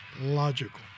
logical